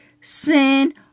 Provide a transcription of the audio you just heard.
Sin